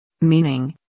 meaning